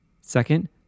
Second